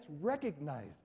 recognized